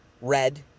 red